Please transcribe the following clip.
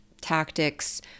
tactics